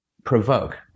provoke